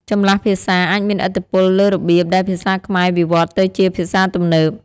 ចម្លាស់ភាសាអាចមានឥទ្ធិពលលើរបៀបដែលភាសាខ្មែរវិវត្តទៅជាភាសាទំនើប។